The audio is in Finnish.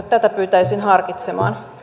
tätä pyytäisin harkitsemaan